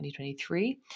2023